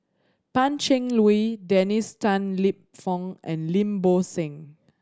Pan Cheng Lui Dennis Tan Lip Fong and Lim Bo Seng